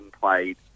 played